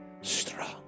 Strong